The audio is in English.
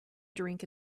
drink